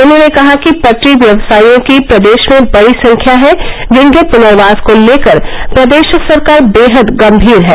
उन्होंने कहा कि पटरी व्यवसाइयों की प्रदेश में बडी संख्या हैं जिनके पुनर्वास को लेकर प्रदेश सरकार बेहद गम्भीर है